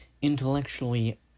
intellectually